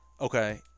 Okay